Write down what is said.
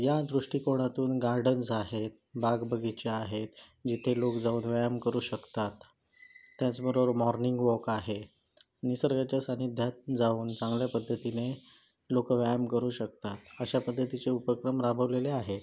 या दृष्टिकोनातून गार्डन्स आहेत बागबगीचे आहेत जिथे लोक जाऊन व्यायाम करू शकतात त्याचबरोबर मॉर्निंग वॉक आहे निसर्गाच्या सान्निध्यात जाऊन चांगल्या पद्धतीने लोकं व्यायाम करू शकतात अशा पद्धतीचे उपक्रम राबवलेले आहे